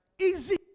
Easy